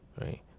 right